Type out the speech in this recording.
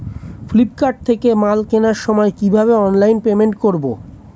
Flipkart থেকে মাল কেনার সময় কিভাবে অনলাইনে পেমেন্ট করব?